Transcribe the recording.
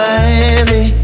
Miami